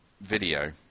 video